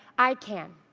i can.